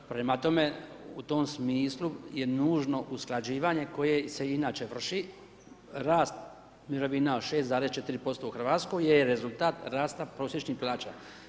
Prema tome, u tom smislu je nužno usklađivanje koje se inače vrši, rast mirovina od 6,4% u Hrvatskoj je rezultat rasta prosječnih plaća.